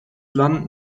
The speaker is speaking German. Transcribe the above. land